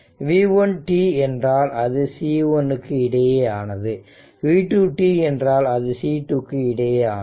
v1t என்றால் அது C1 க்கு இடையேயானது v2 t என்றால் அது C2 க்கு இடையேயானது